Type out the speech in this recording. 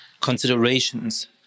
considerations